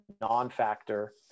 non-factor